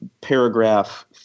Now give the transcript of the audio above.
paragraph—